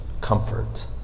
comfort